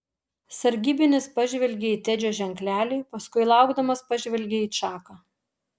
sargybinis pažvelgė į tedžio ženklelį paskui laukdamas pažvelgė į čaką